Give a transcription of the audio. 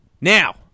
Now